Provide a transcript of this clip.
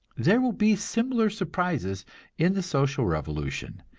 there will be similar surprises in the social revolution,